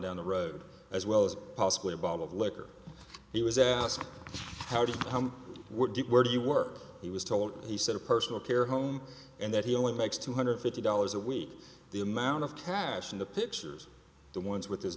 down the road as well as possibly a bottle of liquor he was asked how did you come where do you work he was told he said a personal care home and that he only makes two hundred fifty dollars a week the amount of cash in the pictures the ones with his